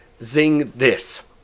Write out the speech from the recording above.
ZingThis